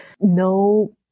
no